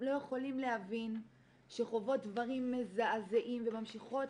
לא יכולים להבין שחוות דברים מזעזעים וממשיכות